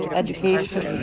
education,